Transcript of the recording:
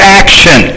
action